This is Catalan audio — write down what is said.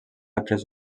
haver